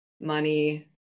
money